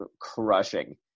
crushing